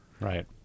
Right